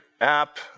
app